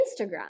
Instagram